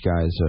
guy's